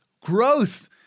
Growth